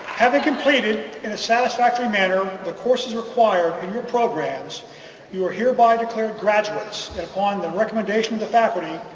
having completed in a satisfactory manner the courses required in your programs you are hereby declared graduates upon the recommendation of the faculty